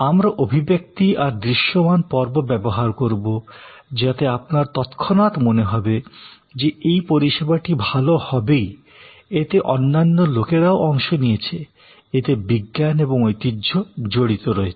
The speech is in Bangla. আমরা অভিব্যক্তি আর দৃশ্যমান পর্ব ব্যবহার করব যাতে আপনার তৎক্ষণাৎ মনে হবে যে এই পরিষেবাটি ভাল হবেই এতে অন্যান্য লোকেরাও অংশ নিয়েছে এতে বিজ্ঞান এবং ঐতিহ্য জড়িত রয়েছে